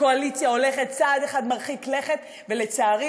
הקואליציה הולכת צעד אחד מרחיק לכת ולצערי